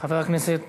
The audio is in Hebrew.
"תג מחיר".